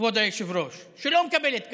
כבוד היושב-ראש, שלא מקבלת קהל?